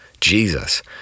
Jesus